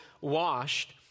washed